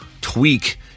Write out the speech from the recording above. tweak